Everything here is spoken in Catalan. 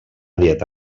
dieta